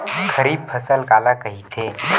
खरीफ फसल काला कहिथे?